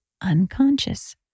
unconscious